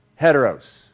Heteros